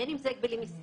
בין אם זה הגבלים עסקיים,